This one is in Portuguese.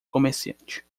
comerciante